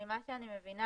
ממה שאני מבינה,